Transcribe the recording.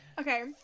Okay